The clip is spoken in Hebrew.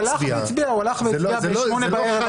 הוא הלך והצביע בשמונה בערב.